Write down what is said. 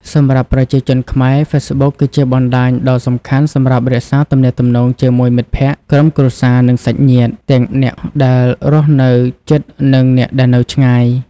សម្រាប់ប្រជាជនខ្មែរ ហ្វេសប៊ុកគឺជាបណ្ដាញដ៏សំខាន់សម្រាប់រក្សាទំនាក់ទំនងជាមួយមិត្តភក្តិ ក្រុមគ្រួសារ និងសាច់ញាតិ ទាំងអ្នកដែលរស់នៅជិត និងអ្នកដែលនៅឆ្ងាយ។